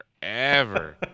forever